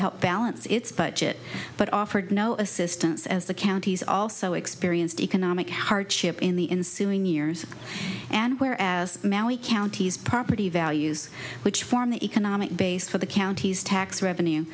help balance its budget but offered no assistance as the counties also experienced economic hardship in the ensuing years and where as maui counties property values which form the economic base for the county's tax revenue